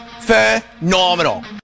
Phenomenal